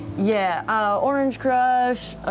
yeah, ah orange crush